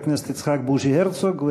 חבר הכנסת יצחק בוז'י הרצוג.